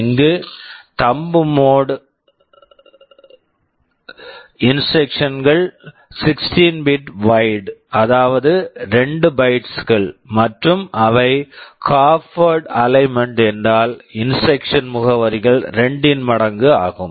இங்கு thumb mode Thumb mode யில் instruction instruction கள் 16 பிட் bit வைட் wide அதாவது 2 பைட்ஸ் bytes கள் மற்றும் அவை half word half word aligned aligned என்றால் இன்ஸ்ட்ரக்க்ஷன் instruction முகவரிகள் 2 இன் மடங்கு ஆகும்